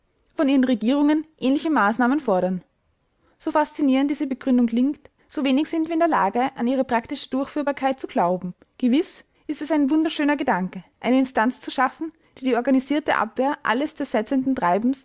von ihren regierungen ähnliche maßnahmen fordern so faszinierend diese begründung klingt so wenig sind wir in der lage an ihre praktische durchführbarkeit zu glauben gewiß ist es ein wunderschöner gedanke eine instanz zu schaffen die die organisierte abwehr alles zersetzenden treibens